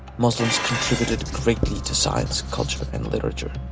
muslims contributed greatly to science, culture and literature.